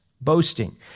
boasting